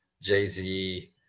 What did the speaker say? Jay-Z